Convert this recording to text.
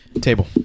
Table